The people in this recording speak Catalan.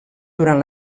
durant